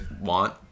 want